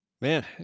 Man